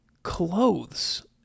clothes